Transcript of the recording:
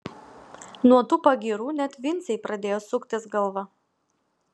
nuo tų pagyrų net vincei pradėjo suktis galva